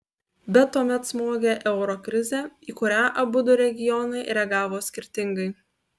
bet tuomet smogė euro krizė į kurią abudu regionai reagavo skirtingai